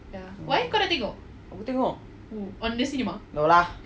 mm aku tengok no lah